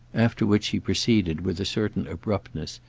after which he proceeded, with a certain abruptness,